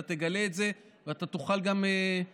אתה תגלה את זה ותוכל גם להעניש.